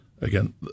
Again